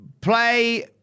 play